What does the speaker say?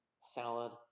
salad